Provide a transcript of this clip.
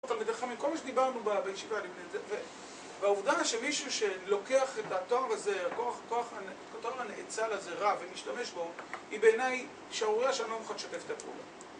כל מה שדיברנו בישיבה לפני זה, והעובדה שמישהו שלוקח את התואר הזה את התואר הנאצל הזה רב ומשתמש בו היא בעיני שערורייה שאני לא מוכן לשתף את הפעולה